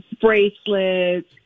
bracelets